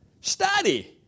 Study